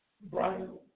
Brian